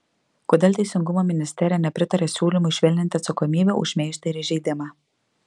kodėl teisingumo ministerija nepritaria siūlymui švelninti atsakomybę už šmeižtą ir įžeidimą